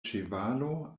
ĉevalo